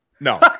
No